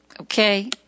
Okay